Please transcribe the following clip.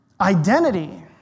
Identity